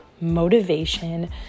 motivation